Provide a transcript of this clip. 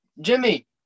Jimmy